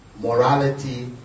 morality